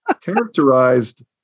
characterized